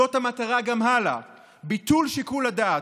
זאת המטרה גם הלאה: ביטול שיקול הדעת,